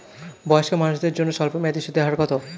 বয়স্ক মানুষদের জন্য স্বল্প মেয়াদে সুদের হার কত?